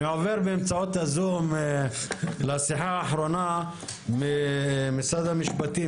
אני עובר באמצעות הזום לשיחה האחרונה ממשרד המשפטים,